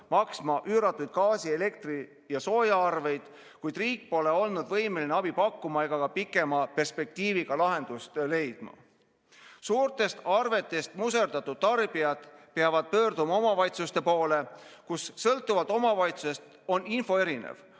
maksma üüratuid gaasi-, elektri- ja soojaarveid, kuid riik pole olnud võimeline abi pakkuma ega pikema perspektiiviga lahendust leidma. Suurtest arvetest muserdatud tarbijad peavad pöörduma omavalitsuste poole, kus sõltuvalt omavalitsusest on info erinev,